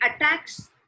attacks